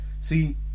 See